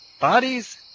bodies